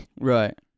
Right